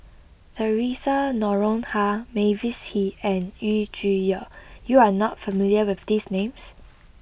Theresa Noronha Mavis Hee and Yu Zhuye you are not familiar with these names